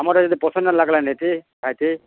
ଆମର୍ଟା ଯଦି ପସନ୍ଦ୍ ନାଇ ଲାଗ୍ଲେ ନେତେ ଖାଏତେ